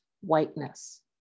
whiteness